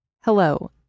Hello